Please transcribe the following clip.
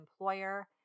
employer